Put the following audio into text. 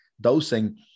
dosing